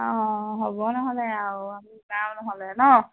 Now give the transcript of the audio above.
অ হ'ব নহ'লে আৰু আমি যাওঁ নহ'লে ন